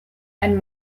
ein